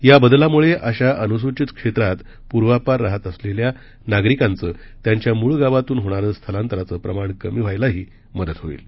या बदलामुळे अशा अनुसूचित क्षेत्रात पूर्वापार राहत आलेल्या नागरिकांचं त्यांच्या मूळ गावातून होणारं स्थलांतराचं प्रमाण कमी व्हायलाही मदत होईल